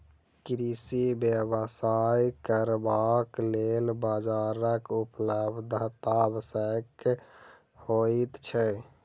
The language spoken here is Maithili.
कृषि व्यवसाय करबाक लेल बाजारक उपलब्धता आवश्यक होइत छै